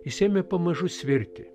jis ėmė pamažu svirti